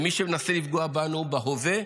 למי שמנסה לפגוע בנו בהווה,